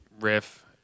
Riff